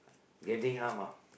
getting up ah